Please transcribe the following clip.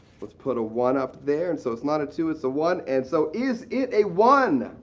let's put a one up there. and so it's not a two, it's a one. and so is it a one?